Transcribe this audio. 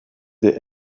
des